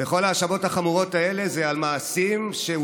וכל ההאשמות החמורות האלה הן על מעשים שהוא